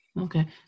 okay